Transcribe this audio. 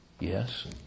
Yes